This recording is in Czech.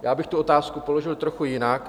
Já bych tu otázku položil trochu jinak.